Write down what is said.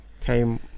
Came